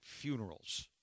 funerals